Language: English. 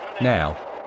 now